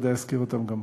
וודאי יזכיר אותן גם פה.